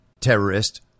terrorist